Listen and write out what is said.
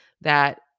that-